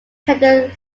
tender